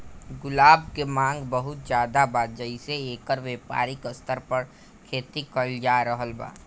गुलाब के मांग बहुत ज्यादा बा जेइसे एकर व्यापारिक स्तर पर खेती कईल जा रहल बा